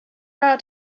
hour